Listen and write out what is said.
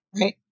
Right